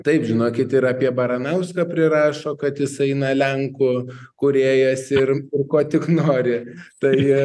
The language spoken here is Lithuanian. taip žinokit ir apie baranauską prirašo kad jisai na lenkų kūrėjas ir ir ko tik nori tai